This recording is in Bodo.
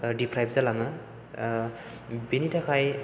ओ डिप्राइभ जालाङो बेनि थाखाय